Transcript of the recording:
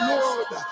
Lord